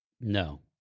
No